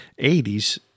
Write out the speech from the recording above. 80s